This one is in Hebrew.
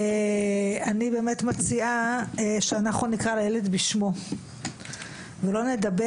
אני באמת מציעה שאנחנו נקרא לילד בשמו ולא נדבר